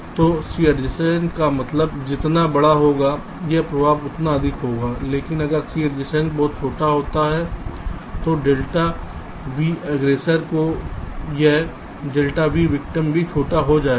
तो C adjacent का मान जितना बड़ा होगा यह प्रभाव उतना अधिक होगा लेकिन अगर C adjacent बहुत छोटा है तो डेल्टा V aggressor तो यह डेल्टा V victim भी छोटा हो जाएगा